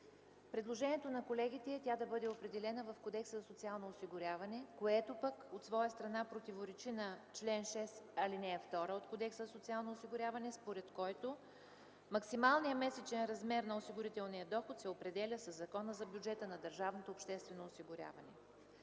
Предложението на колегите е тя да бъде определена в Кодекса за социално осигуряване, което пък от своя страна противоречи на чл. 6, ал. 2 от Кодекса за социално осигуряване, според който максималният месечен размер на осигурителния доход се определя със Закона за бюджета на Държавното обществено осигуряване.